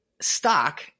stock